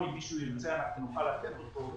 אם מישהו ירצה, אנחנו נוכל לתת אותו.